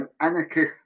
anarchist